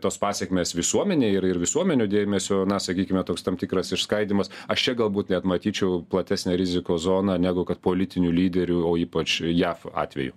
tos pasekmės visuomenei ir ir visuomenių dėmesio na sakykime toks tam tikras išskaidymas aš čia galbūt net matyčiau platesnę rizikos zoną negu kad politinių lyderių o ypač jav atveju